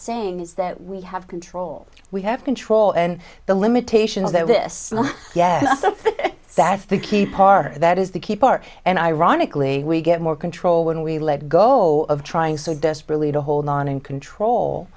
saying is that we have control we have control and the limitation is that this yes something that's the key part that is the key part and ironically we get more control when we let go of trying so desperately to hold on and control